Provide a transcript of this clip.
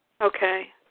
Okay